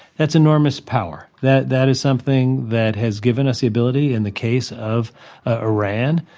that's enormous power. that that is something that has given us the ability, in the case of ah iran,